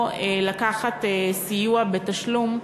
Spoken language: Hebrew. או לקחת סיוע בתשלום,